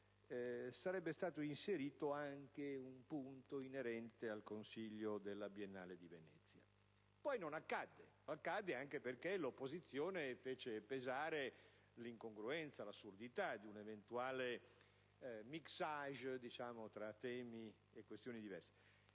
sarebbe stato inserito anche il punto concernente il consiglio di amministrazione della Biennale di Venezia. Poi non accadde, anche perché l'opposizione fece pesare l'incongruenza e l'assurdità di un eventuale *mixage* tra temi e questioni diverse.